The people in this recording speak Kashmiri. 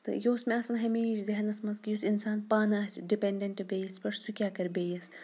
تہٕ یہِ اوس مےٚ آسَن ہمیشہِ ذہنَس منٛز کہِ یُس اِنسان پانہٕ آسہِ ڈِپینٚڈَنٛٹ بیٚیِس پٮ۪ٹھ سُہ کیٛاہ کَرِ بیٚیِس